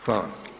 Hvala.